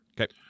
Okay